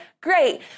Great